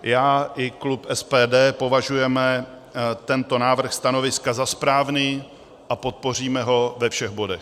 Já i klub SPD považujeme tento návrh stanoviska za správný a podpoříme ho ve všech bodech.